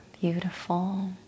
beautiful